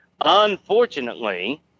Unfortunately